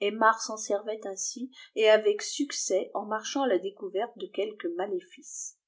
aymar s'en servait ainsi et avec succès en marchant à la découverte de quelques maléfices